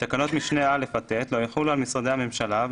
תקנות משנה (א) עד (ט) לא יחולו על משרדי הממשלה,